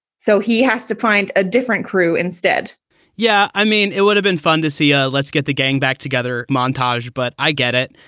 so he has to find a different crew instead yeah. i mean, it would have been fun to see. ah let's get the gang back together. montage but i get it.